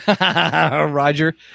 Roger